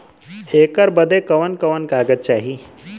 ऐकर बदे कवन कवन कागज चाही?